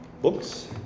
books